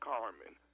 Carmen